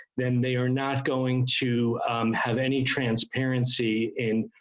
then they are not going to have any transparency in.